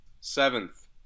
Seventh